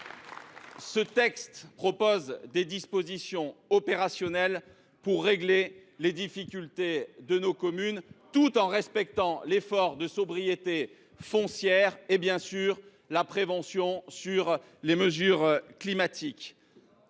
Ce texte comporte des dispositions opérationnelles pour régler les difficultés de nos communes tout en respectant l’effort de sobriété foncière et, bien sûr, la nécessité de prendre des mesures